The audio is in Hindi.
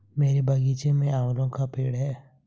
मेरे बगीचे में आंवले का पेड़ है